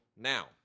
Now